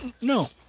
No